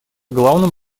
главным